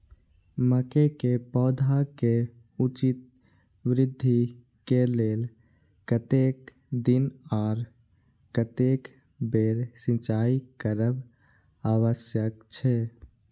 मके के पौधा के उचित वृद्धि के लेल कतेक दिन आर कतेक बेर सिंचाई करब आवश्यक छे?